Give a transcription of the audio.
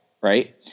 Right